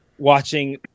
Watching